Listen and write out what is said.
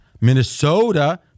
Minnesota